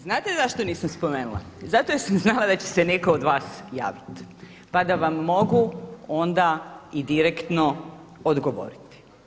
Znate zašto nisam spomenula, zato jer sam znala da će se neko od vas javiti pa da vam mogu onda i direktno odgovoriti.